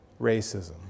Racism